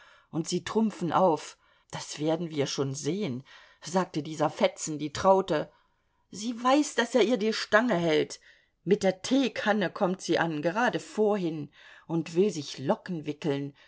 und sie trumpfen auf das werden wir schon sehen sagte dieser fetzen die traute sie weiß daß er ihr die stange hält mit der teekanne kommt sie an gerade vorhin und will sich locken wickeln